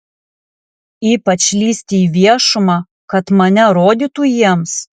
ypač lįsti į viešumą kad mane rodytų jiems